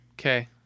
Okay